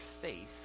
faith